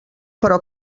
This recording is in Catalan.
però